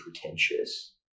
pretentious